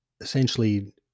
essentially